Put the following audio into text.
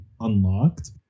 unlocked